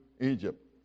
Egypt